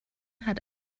hat